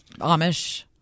Amish